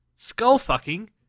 Skull-fucking